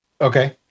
Okay